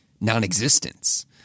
non-existence